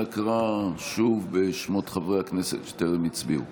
אנא קרא שוב בשמות חברי הכנסת שטרם הצביעו.